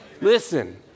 Listen